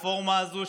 הרפורמה הזו,